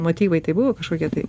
motyvai tai buvo kažkokie tai